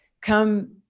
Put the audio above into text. come